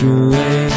away